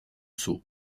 sceau